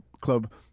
club